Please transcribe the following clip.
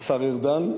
השר ארדן,